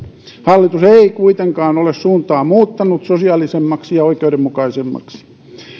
hallitus ei kuitenkaan ole suuntaa muuttanut sosiaalisemmaksi ja oikeudenmukaisemmaksi